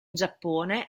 giappone